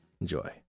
Enjoy